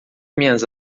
minhas